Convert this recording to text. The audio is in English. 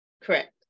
Correct